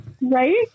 right